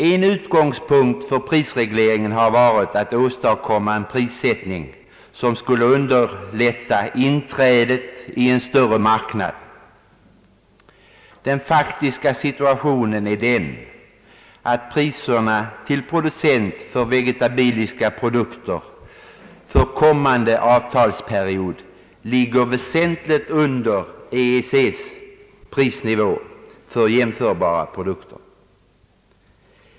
En av utgångspunkterna för prisregleringen har varit att åstadkomma en prissättning som skulle underlätta inträdet i en större marknad. Den faktiska situationen är att priserna till producent av vegetabiliska produkter för kommande avtalsperiod ligger väsentligt under EEC:s prisnivå för jämförbara produkter.